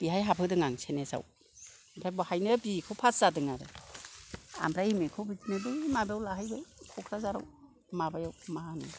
बेहाय हाबोदों आं सेनेसाव आमफ्राय बाहायनो बि ए खौ फास जादों आरो आमफ्राइ एम ए खौ बिदिनो बै माबायाव लाहैबाय क'क्राझाराव हाबायाव मा होनो